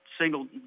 single